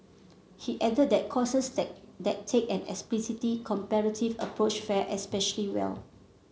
he added that courses that that take an explicitly comparative approach fare especially well